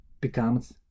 Becomes